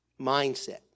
mindset